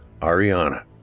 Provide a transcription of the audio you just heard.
Ariana